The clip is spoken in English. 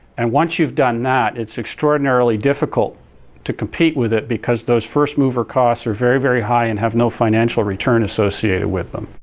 and once you've done that it's extraordinarily difficult to compete with it because those first mover costs are very, very high and have no financial return associated with them.